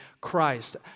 Christ